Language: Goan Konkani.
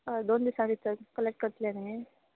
दोन दिसा भितर कलॅक करत्ले न्हय